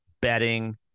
betting